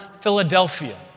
Philadelphia